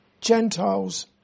Gentiles